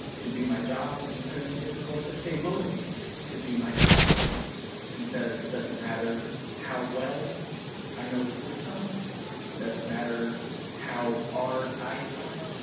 to do my job. it's incredibly difficult to stay motivated to do my job because it doesn't matter how well i know the system. it doesn't matter how hard i try.